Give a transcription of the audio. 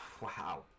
wow